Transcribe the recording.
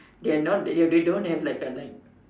they are not they do they don't have like a like